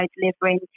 delivering